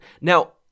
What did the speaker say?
Now